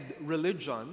religion